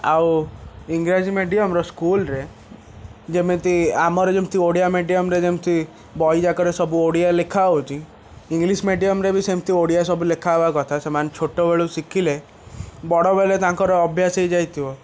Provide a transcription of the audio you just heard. ଆଉ ଇଂରାଜୀ ମିଡ଼ିୟମ୍ର ସ୍କୁଲ୍ରେ ଯେମିତି ଆମର ଯେମିତି ଓଡ଼ିଆ ମିଡ଼ିୟମ୍ରେ ଯେମିତି ବହିଯାକରେ ସବୁ ଓଡ଼ିଆ ଲେଖା ହେଉଛି ଇଂଲିଶ୍ ମିଡ଼ିୟମ୍ରେ ବି ସେମତି ଓଡ଼ିଆ ସବୁ ଲେଖାହେବା କଥା ସେମାନେ ଛୋଟ ବେଳୁ ଶିଖିଲେ ବଡ଼ ବେଳେ ତାଙ୍କର ଅଭ୍ୟାସ ହେଇଯାଇଥିବ